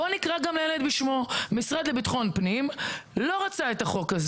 בואו נקרא גם לילד בשמו: המשרד לביטחון פנים לא רצה את החוק הזה.